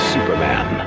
Superman